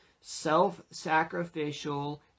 self-sacrificial